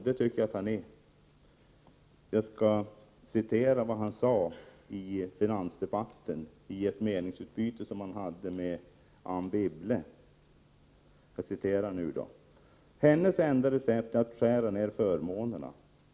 Det tycker jag också att han är, och jag skall citera vad han sade i finansdebatten i ett meningsutbyte med Anne Wibble: ”Hennes enda recept är att skära ner förmånerna.